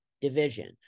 division